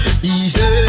Easy